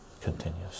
Continues